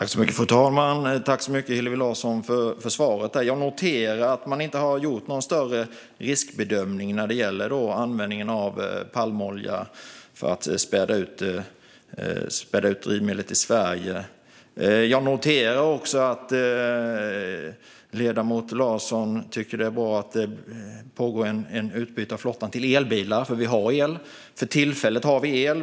Fru talman! Tack så mycket, Hillevi Larsson, för svaret! Jag noterar att man inte har gjort någon större riskbedömning när det gäller användning av palmolja för att späda ut drivmedel i Sverige. Jag noterar också att ledamoten Larsson tycker att det är bra att det pågår ett utbyte av flottan till elbilar, för vi har el. För tillfället har vi el.